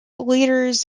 leaders